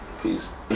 Peace